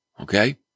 Okay